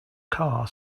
car